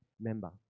member